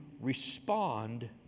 respond